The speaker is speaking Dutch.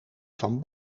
van